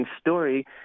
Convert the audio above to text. story